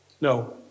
No